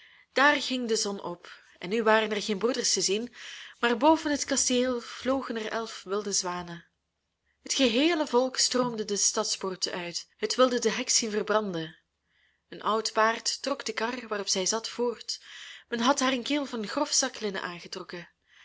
daar ging de zon op en nu waren er geen broeders te zien maar boven het kasteel vlogen er elf wilde zwanen het geheele volk stroomde de stadspoort uit het wilde de heks zien verbranden een oud paard trok de kar waarop zij zat voort men had haar een kiel van grof zaklinnen aangetrokken